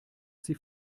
sie